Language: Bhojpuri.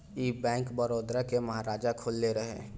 ई बैंक, बड़ौदा के महाराजा खोलले रहले